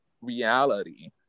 reality